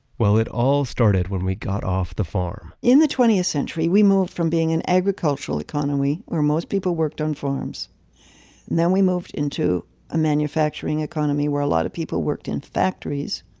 well, it all started when we got off the farm in the twentieth century, we moved from being an agricultural economy where most people worked on farms. and then we moved into a manufacturing economy where a lot of people worked in factories.